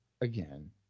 again